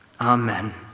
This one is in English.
Amen